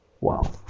Wow